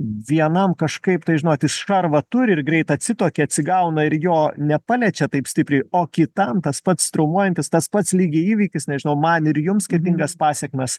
vienam kažkaip tai žinot jis šarvą turi ir greit atsitoki atsigauna ir jo nepaliečia taip stipriai o kitam tas pats traumuojantis tas pats lygiai įvykis nežinau man ir jums skirtingas pasekmes